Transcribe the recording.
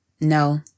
No